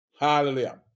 Hallelujah